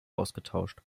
ausgetauscht